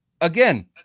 Again